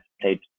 played